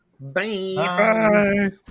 Bye